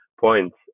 points